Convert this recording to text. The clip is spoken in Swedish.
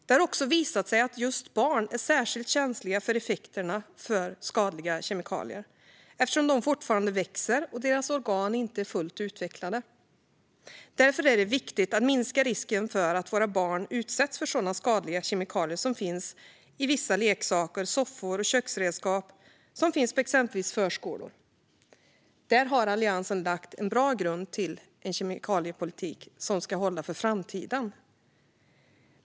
Det har också visat sig att just barn är särskilt känsliga för effekterna av skadliga kemikalier, eftersom de fortfarande växer och deras organ inte är fullt utvecklade. Därför är det viktigt att minska risken för att våra barn utsätts för sådana skadliga kemikalier som finns i vissa leksaker, soffor och köksredskap som finns på exempelvis förskolor. Där har Alliansen lagt en bra grund till en kemikaliepolitik som ska hålla för framtiden.